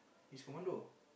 he's commando